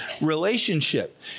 relationship